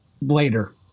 later